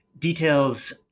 details